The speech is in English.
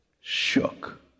shook